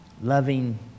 loving